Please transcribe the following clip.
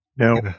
No